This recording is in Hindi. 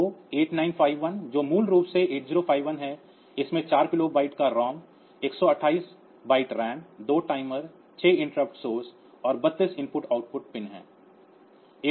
तो 8951 जो मूल रूप से 8051 है इसमें 4 किलोबाइट का ROM 128 bytes RAM 2 timer 6 interrupt source और 32 IO पिन है